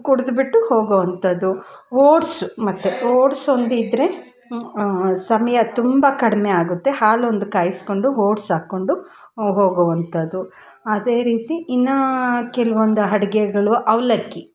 ಕುಡಿದುಬಿಟ್ಟು ಹೋಗೋವಂಥದ್ದು ಓಟ್ಸು ಮತ್ತು ಓಟ್ಸ್ ಒಂದು ಇದ್ದರೆ ಸಮಯ ತುಂಬ ಕಡಿಮೆ ಆಗುತ್ತೆ ಹಾಲೊಂದು ಕಾಯಿಸಿಕೊಂಡು ಹೋಟ್ಸ್ ಹಾಕೊಂಡು ಹೋಗೋವಂಥದ್ದು ಅದೇ ರೀತಿ ಇನ್ನೂ ಕೆಲ್ವೊಂದು ಅಡ್ಗೆಗಳು ಅವಲಕ್ಕಿ